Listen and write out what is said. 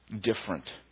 different